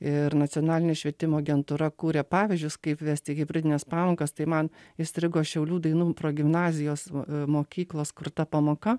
ir nacionalinė švietimo agentūra kuria pavyzdžius kaip vesti hibridines pamokas tai man įstrigo šiaulių dainų progimnazijos mokyklos kurta pamoka